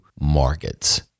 markets